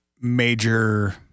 major